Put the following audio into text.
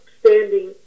standing